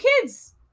kids